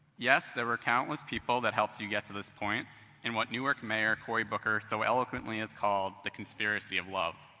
yes, there were countless people that helped you get to this point in what new york mayor, cory booker, so eloquently has called the conspiracy of love.